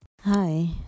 hi